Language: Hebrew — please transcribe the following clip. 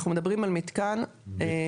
אנחנו מדברים על מתקן ביד חנה.